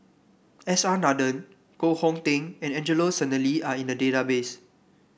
S R Nathan Koh Hong Teng and Angelo Sanelli are in the database